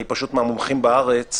אני פשוט מהמומחים בארץ,